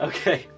Okay